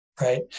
right